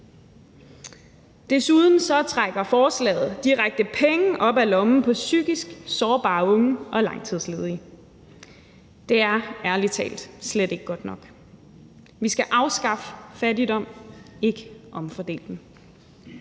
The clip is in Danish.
Desuden trækker anbefalingerne direkte penge op af lommen på psykisk sårbare unge og langtidsledige. Det er ærlig talt slet ikke godt nok. Vi skal afskaffe fattigdom, ikke omfordele den.